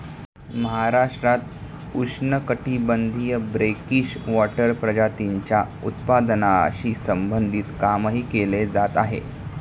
महाराष्ट्रात उष्णकटिबंधीय brackish water प्रजातींच्या उत्पादनाशी संबंधित कामही केले जात आहे